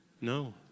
No